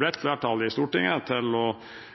bredt flertall i Stortinget for å